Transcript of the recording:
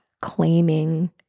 claiming